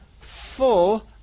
full